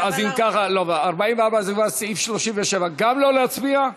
אם כך, 44 זה כבר סעיף 37. גם לא להצביע?